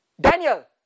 Daniel